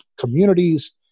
communities